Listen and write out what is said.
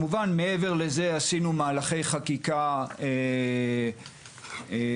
מעבר לזה, עשינו מהלכי חקיקה רבים.